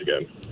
again